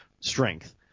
strength